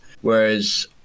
whereas